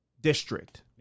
district